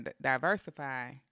diversify